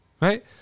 right